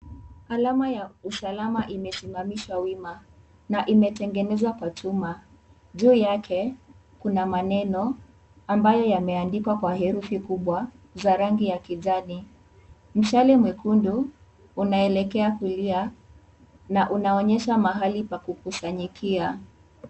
Alama ya usalama imesimamishwa wima na imetengenezwa kwa chuma. Juu yake, kuna maneno ambayo yameandikwa kwa herufi kubwa za rangi ya kijani. Mshale mwekundu, unaelekea kulia na unaonyesha mahali pa kukusanyikia.